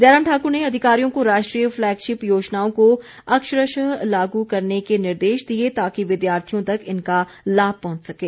जयराम ठाक्र ने अधिकारियों को राष्ट्रीय फ्लैगशिप योजनाओं को अक्षरश लागू करने के निर्देश दिए ताकि विद्यार्थियों तक इनका लाभ पहुंच सकें